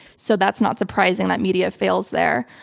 so that's not surprising that media fails there.